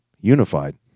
unified